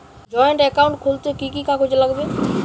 Joint account খুলতে কি কি কাগজ লাগবে?